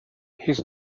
his